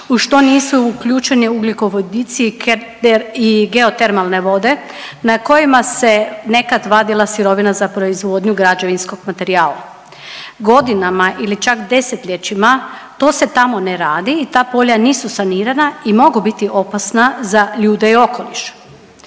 u što nisu uključeni ugljikovodici i .../nerazumljivo/... geotermalne vode na kojima se nekad vadila sirovina za proizvodnju građevinskog materijala. Godinama ili čak desetljećima, to se tamo ne radi i ta polja nisu sanirana i mogu biti opasna za ljude i okoliš.